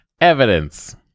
Evidence